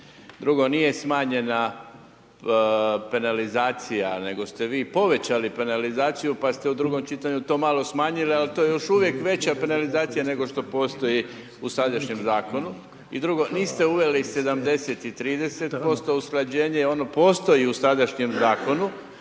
Drugo, nije smanjena penalizacija nego ste vi povećali penalizaciju pa ste u drugom čitanju to malo smanjili ali to je još uvijek veća penalizacija nego što postoji u sadašnjem zakonu. I drugo, niste uveli 70 i 30% usklađenje, ono postoji u sadašnjem zakonu